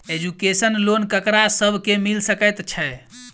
Education loan ककरा सब केँ मिल सकैत छै?